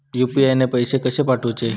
UPI ने पैशे कशे पाठवूचे?